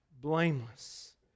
Blameless